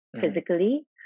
physically